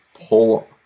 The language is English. pull